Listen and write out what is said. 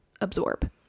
absorb